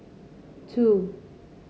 two